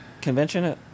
Convention